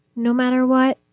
no matter what.